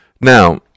Now